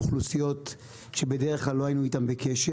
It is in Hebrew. אוכלוסיות שבדרך כלל לא היינו איתם בקשר.